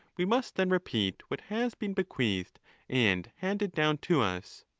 we must then repeat what has been bequeathed and handed down to us.